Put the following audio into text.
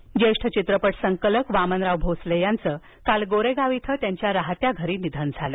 निधन ज्येष्ठ चित्रपट संकलक वामनराव भोसले यांचं काल गोरेगाव इथं त्यांच्या राहत्या घरी निधन झालं